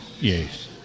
Yes